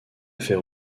faire